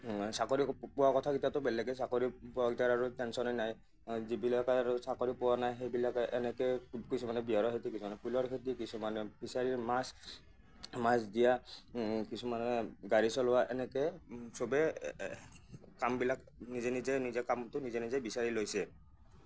চাকৰি পোৱা কথা কিটাৰটো বেলেগে চাকৰি পোৱাকেইটাৰ আৰু টেনচনে নাই যিবিলাকে আৰু চাকৰি পোৱা নাই সেইবিলাকে এনেকেই কিছুমানে বিহাৰৰ খেতি কিছুমানে ফুলৰ খেতি কিছুমানে ফিচাৰিৰ মাছ মাছ দিয়া কিছুমানে গাড়ী চলোৱা এনেকে চবে কামবিলাক নিজে নিজে নিজে কামটো নিজে নিজে বিচাৰি লৈছে